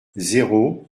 zéro